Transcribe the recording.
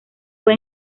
fue